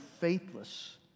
faithless